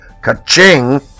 ka-ching